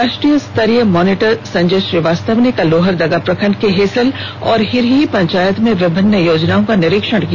राष्ट्रीय स्तरीय मॉनिटर संजय श्रीवास्तव ने कल लोहरदगा प्रखण्ड के हेसल एवं हिरही पंचायत में विभिन्न योजनाओं का निरीक्षण किया